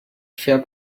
fair